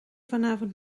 vanavond